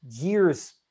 years